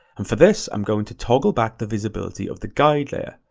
and for this, i'm going to toggle back the visibility of the guide layer,